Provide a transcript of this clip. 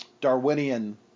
Darwinian